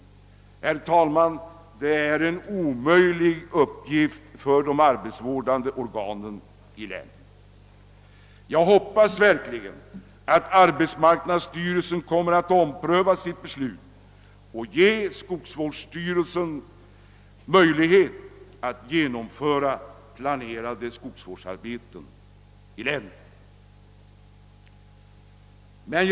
Herr talman! Detta är en omöjlig uppgift för de arbetsvårdande organen i länen. Jag hoppas verkligen att arbetsmarknadsstyrelsen kommer att ompröva sitt beslut och ge skogsvårdsstyrelsen möjlighet att genomföra planerade skogsvårdsarbeten i länen.